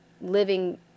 living